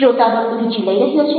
શ્રોતાગણ રુચિ લઈ રહ્યો છે